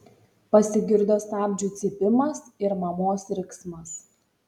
pasigirdo stabdžių cypimas ir mamos riksmas